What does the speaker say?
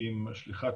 עם שליחת